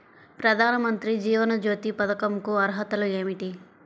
ప్రధాన మంత్రి జీవన జ్యోతి పథకంకు అర్హతలు ఏమిటి?